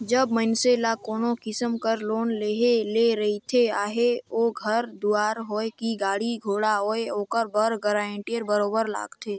जब मइनसे ल कोनो किसिम कर लोन लेहे ले रहथे चाहे ओ घर दुवार होए कि गाड़ी घोड़ा होए ओकर बर गारंटर बरोबेर लागथे